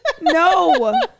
No